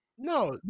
No